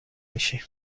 میشی